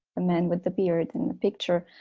the man with the beard in the picture,